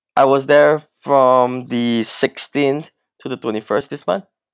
I was there from the sixteenth to the twenty first this month